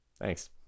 Thanks